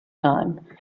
time